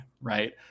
right